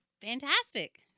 Fantastic